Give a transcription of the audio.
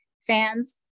Fans